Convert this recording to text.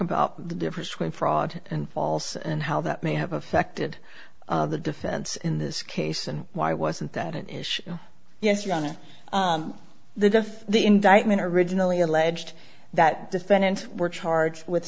about the difference between fraud and false and how that may have affected the defense in this case and why wasn't that an issue yes your honor the death the indictment originally alleged that defendant were charged with